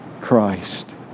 Christ